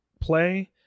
play